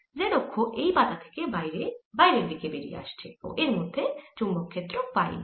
z অক্ষ এই পাতা থেকে বাইরের দিকে বেরিয়ে আসছে ও এর মধ্যে চৌম্বক ক্ষেত্র ফাই দিকে